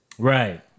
Right